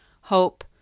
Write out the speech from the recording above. hope